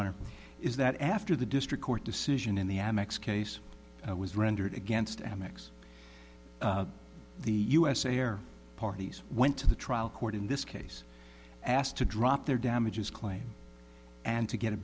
honor is that after the district court decision in the amex case was rendered against amex the u s air parties went to the trial court in this case asked to drop their damages claim and to get a